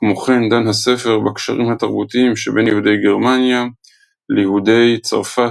כמו כן דן הספר בקשרים התרבותיים שבין יהודי גרמניה ליהודי צרפת,